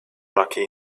rocky